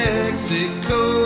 Mexico